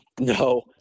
No